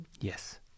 Yes